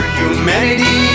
humanity